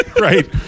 Right